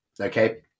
Okay